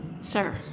Sir